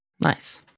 Nice